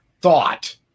thought